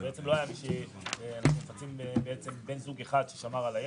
בעצם בן זוג אחד ששמר על הילד.